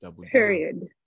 Period